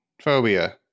phobia